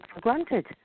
granted